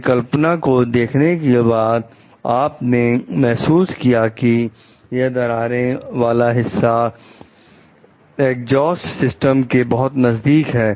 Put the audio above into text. परिकल्पना को देखने के बाद आप ने महसूस किया कि यह दरारों वाला हिस्सा एग्जास्ट सिस्टम के बहुत नजदीक है